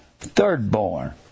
thirdborn